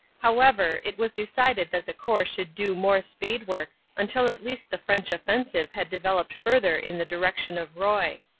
however, it was decided that the corps should do more spade work until at least the french offensive had developed further in the direction of roye.